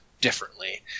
differently